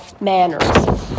manners